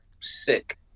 sick